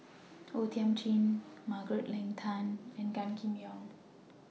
O Thiam Chin Margaret Leng Tan and Gan Kim Yong